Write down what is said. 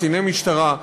קציני משטרה,